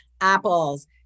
apples